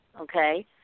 okay